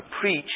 preach